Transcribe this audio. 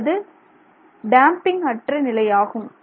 அல்லது டேம்பிங் அற்ற நிலையாகும்